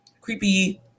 creepy